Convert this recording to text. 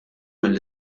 mill